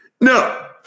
No